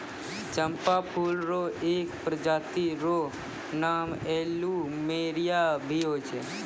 चंपा फूल र एक प्रजाति र नाम प्लूमेरिया भी होय छै